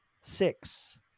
six